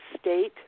state